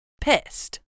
pissed